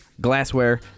glassware